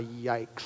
yikes